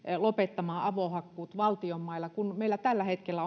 lopettamaan avohakkuut valtion mailla kun meillä tällä hetkellä